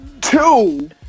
Two